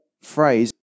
phrase